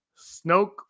Snoke